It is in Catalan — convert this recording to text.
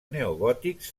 neogòtics